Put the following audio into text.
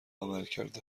عملکرد